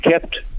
kept